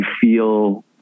feel